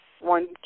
one